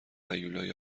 هیولای